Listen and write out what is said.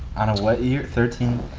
on a what year? thirteen?